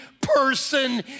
person